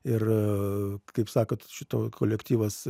ir kaip sakot šitoj kolektyvas